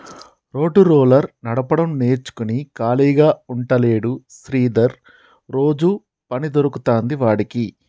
road roller నడపడం నేర్చుకుని ఖాళీగా ఉంటలేడు శ్రీధర్ రోజు పని దొరుకుతాంది వాడికి